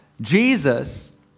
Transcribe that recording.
Jesus